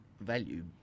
value